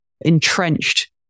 entrenched